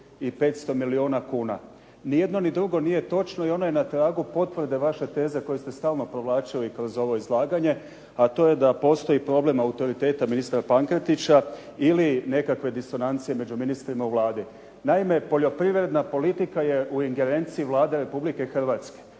i 500 milijuna kuna. Ni jedno, ni drugo nije točno. I ono je na tragu potvrde vaše teze koje ste stalno provlačili kroz ovo izlaganje. A to je da postoji problem autoriteta ministra Pankretića ili nekakve disonancije među ministrima u Vladi. Naime, poljoprivredna politika je u ingerenciji Vlade Republike Hrvatske